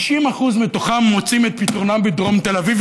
90% מתוכם מוצאים את פתרונם בדרום תל אביב.